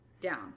down